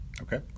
Okay